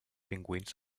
pingüins